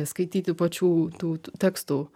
skaityti pačių tų tekstų